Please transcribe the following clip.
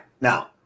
Now